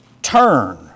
Turn